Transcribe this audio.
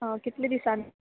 कितले दिसान